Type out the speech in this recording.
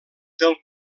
del